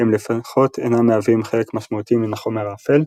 הם לפחות אינם מהווים חלק משמעותי מן החומר האפל,